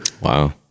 wow